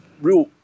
real